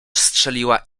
strzeliła